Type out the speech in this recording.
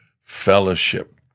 fellowship